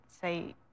Say